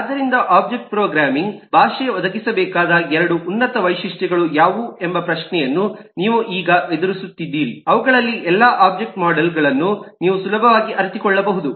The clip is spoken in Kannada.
ಆದ್ದರಿಂದ ಒಬ್ಜೆಕ್ಟ್ ಪ್ರೋಗ್ರಾಮಿಂಗ್ ಭಾಷೆ ಒದಗಿಸಬೇಕಾದ 2 ಉನ್ನತ ವೈಶಿಷ್ಟ್ಯಗಳು ಯಾವುವು ಎಂಬ ಪ್ರಶ್ನೆಯನ್ನು ನೀವು ಈಗ ಎದುರಿಸುತ್ತಿದ್ದರೆ ಅವುಗಳಲ್ಲಿ ಎಲ್ಲಾ ಒಬ್ಜೆಕ್ಟ್ ಮಾಡೆಲ್ಗಳನ್ನು ನೀವು ಸುಲಭವಾಗಿ ಅರಿತುಕೊಳ್ಳಬಹುದು